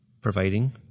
providing